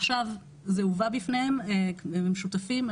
עכשיו זה הובא בפניהם והם שותפים,